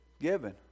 given